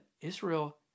Israel